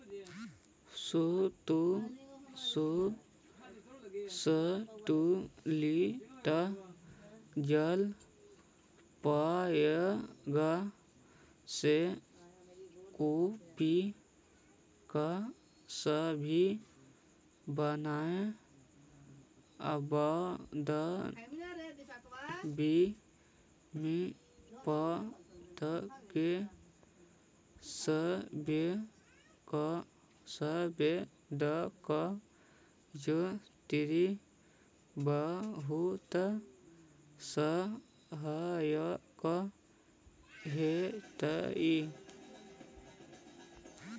संतुलित जल प्रयोग से कृषि के संभावना बढ़ावे में पत्ता के संवेदक यंत्र बहुत सहायक होतई